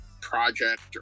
project